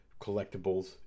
collectibles